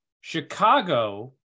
Chicago